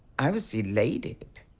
i was elated,